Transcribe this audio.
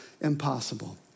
impossible